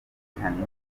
yerekanywe